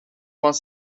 van